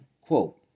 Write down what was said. Quote